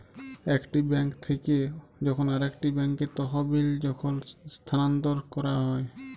একটি বেঙ্ক থেক্যে যখন আরেকটি ব্যাঙ্কে তহবিল যখল স্থানান্তর ক্যরা হ্যয়